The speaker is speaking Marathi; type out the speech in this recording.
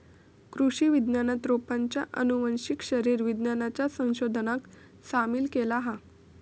कृषि विज्ञानात रोपांच्या आनुवंशिक शरीर विज्ञानाच्या संशोधनाक सामील केला हा